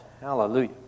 Hallelujah